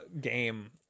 game